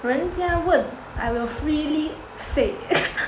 人家问 I will freely say